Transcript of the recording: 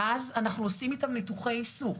ואז אנחנו עושים איתם ניתוחי עיסוק.